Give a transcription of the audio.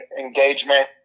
engagement